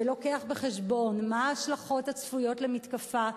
שלוקח בחשבון מה ההשלכות הצפויות של מתקפה צבאית,